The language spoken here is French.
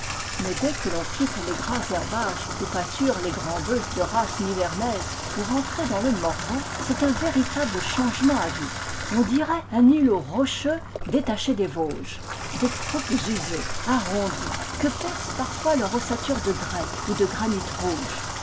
mais dès que l'on quitte les gras herbages où pâturent les grands bœufs de race nivernaise pour entrer dans le morvan c'est un véritable changement à vue on dirait un îlot rocheux détaché des vosges des croupes usées arrondies que perce parfois leur ossature de grès ou de granit rouge